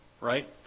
right